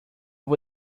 vou